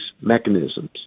mechanisms